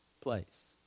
place